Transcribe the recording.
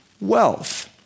wealth